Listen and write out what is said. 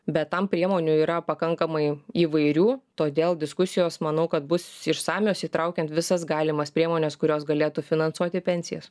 bet tam priemonių yra pakankamai įvairių todėl diskusijos manau kad bus išsamios įtraukiant visas galimas priemones kurios galėtų finansuoti pensijas